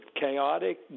chaotic